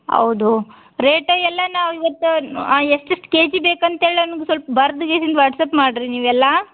ಹೌದು ರೇಟೆ ಎಲ್ಲ ನಾವು ಇವತ್ತು ಎಷ್ಟು ಎಷ್ಟು ಕೆಜಿ ಬೇಕಂತೇಳಿ ನನ್ಗೆ ಸ್ವಲ್ಪ ಬರ್ದು ವಾಟ್ಸ್ಆ್ಯಪ್ ಮಾಡ್ರಿ ನೀವೆಲ್ಲಾ